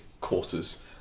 quarters